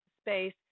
space